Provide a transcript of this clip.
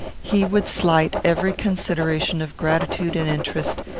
he would slight every consideration of gratitude and interest,